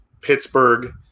Pittsburgh